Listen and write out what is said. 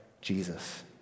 Jesus